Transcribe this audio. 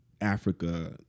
Africa